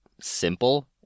simple